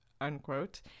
unquote